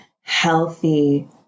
healthy